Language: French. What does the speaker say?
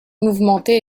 mouvementée